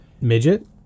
midget